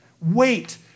Wait